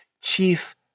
chief